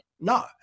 no